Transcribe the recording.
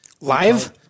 live